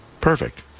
Perfect